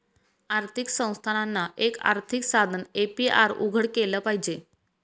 आर्थिक संस्थानांना, एक आर्थिक साधन ए.पी.आर उघडं केलं पाहिजे